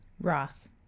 Ross